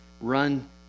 run